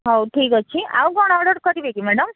ହଉ ଠିକ୍ ଅଛି ଆଉ କଣ ଅର୍ଡ଼ର୍ କରିବେ କି ମ୍ୟାଡ଼ମ୍